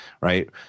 Right